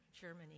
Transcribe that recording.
Germany